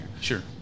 Sure